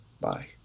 Bye